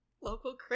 Local